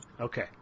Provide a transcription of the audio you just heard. okay